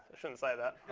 shouldn't say that.